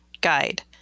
guide